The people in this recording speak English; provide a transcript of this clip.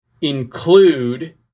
include